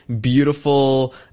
beautiful